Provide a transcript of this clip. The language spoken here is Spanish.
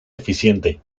eficiente